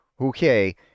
okay